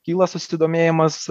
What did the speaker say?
kyla susidomėjimas